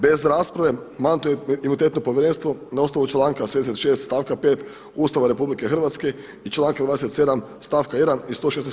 Bez rasprave Mandatno-imunitetno povjerenstvo na osnovnu članka 76. stavka 5. Ustav RH i članka 27. stavka 1. i 116.